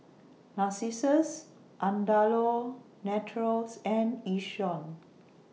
Narcissus Andalou Naturals and Yishion